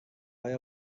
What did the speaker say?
های